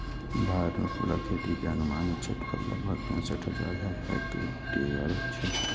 भारत मे फूलक खेती के अनुमानित क्षेत्रफल लगभग पैंसठ हजार हेक्टेयर छै